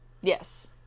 Yes